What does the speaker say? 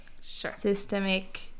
systemic